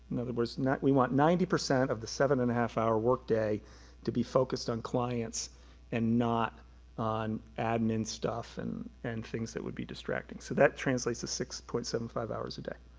in other words, we want ninety percent of the seven and a half hour workday to be focused on clients and not on admin stuff and and things that would be distracting. so that translates to six point seven five hours a day.